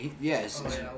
yes